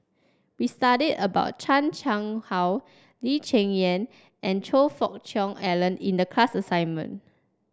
we studied about Chan Chang How Lee Cheng Yan and Choe Fook Cheong Alan in the class assignment